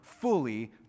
Fully